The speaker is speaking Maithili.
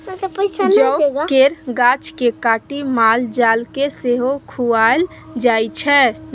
जौ केर गाछ केँ काटि माल जाल केँ सेहो खुआएल जाइ छै